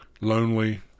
lonely